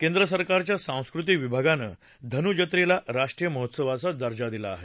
केंद्र सरकारच्या सांस्कृतिक विभागानं धनु जत्रेला राष्ट्रीय महोत्सवाचा दर्जा दिला आहे